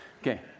Okay